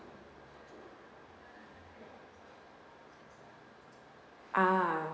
ah